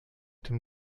dem